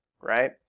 right